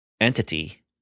entity